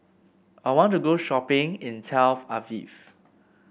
I want to go shopping in Tel Aviv